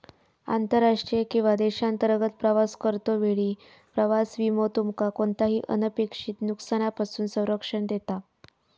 आंतरराष्ट्रीय किंवा देशांतर्गत प्रवास करतो वेळी प्रवास विमो तुमका कोणताही अनपेक्षित नुकसानापासून संरक्षण देता